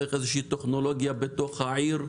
צריך טכנולוגיה בתוך העיר,